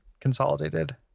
consolidated